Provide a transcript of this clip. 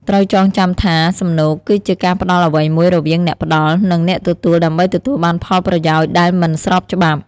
ត្រូវចងចាំថា សំណូកគឺជាការផ្ដល់អ្វីមួយរវាងអ្នកផ្ដល់ និងអ្នកទទួល ដើម្បីទទួលបានផលប្រយោជន៍ដែលមិនស្របច្បាប់។